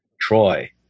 Troy